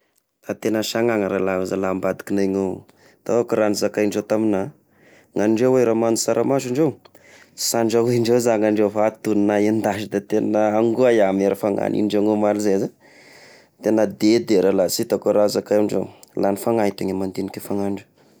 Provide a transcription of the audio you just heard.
Fa tegna sagnana ralahy zalahy ambadikignay io, tao ka raha zakaigny indreo tamignà, ny andreo eh raha mahandro saramaso indreo, sy andrahoindreo sana ny andreo fa atono na endasina, da tegna angohy iah amy raha fa-raha nagnindreo omaly izay eh, tegna dedy ralahy izay, sy hitako raha zakandreo, lagny fanahy i tegna mandinika fanahindreo.